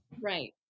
Right